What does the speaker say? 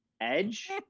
Edge